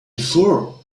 before